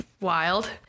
wild